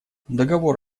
договор